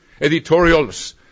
editorials